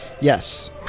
yes